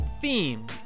theme